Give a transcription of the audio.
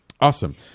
awesome